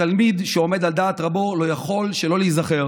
כתלמיד שעומד על דעת רבו, לא יכול שלא להיזכר